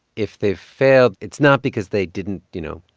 if they've failed, it's not because they didn't, you know,